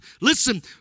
Listen